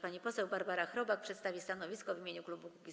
Pani poseł Barbara Chrobak przedstawi stanowisko w imieniu klubu Kukiz’15.